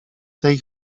tej